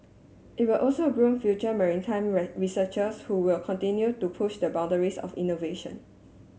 it will also groom future maritime researchers who will continue to push the boundaries of innovation